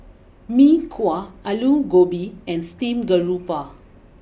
Mee Kuah Aloo Gobi and Steamed Garoupa